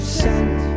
sent